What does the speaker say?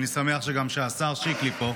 אני שמח שגם שהשר שיקלי פה,